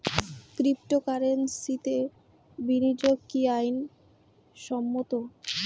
ক্রিপ্টোকারেন্সিতে বিনিয়োগ কি আইন সম্মত?